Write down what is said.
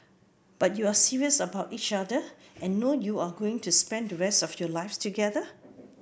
but you're serious about each other and know you're going to spend the rest of your lives together